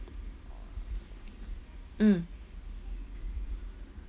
mm